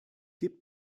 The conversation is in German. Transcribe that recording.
wieder